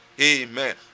Amen